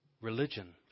Religion